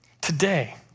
Today